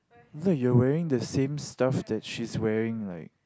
like you're wearing the same stuff that she's wearing like